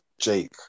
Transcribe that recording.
Jake